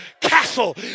castle